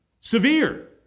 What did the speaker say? severe